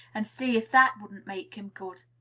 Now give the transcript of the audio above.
and see if that wouldn't make him good.